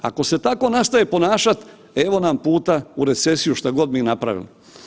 Ako se tako nastave ponašat evo nam puta u recesiju šta god mi napravili.